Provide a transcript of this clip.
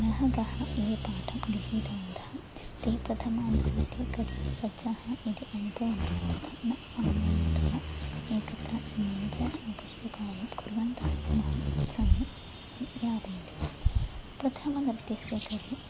गृहकः ये पाठं गृहीतवन्तः ते प्रथमानुसृत्य कृते सज्जाः यदि अनुभवन्ति तथा न सामान्यतया एकत्र नूतनशब्दस्य उपायं कार्यं कुर्वन्तः महत् समयं यापयन्ति प्रथमनृत्यस्य कृते